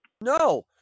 No